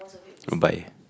don't buy